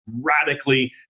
radically